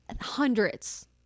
hundreds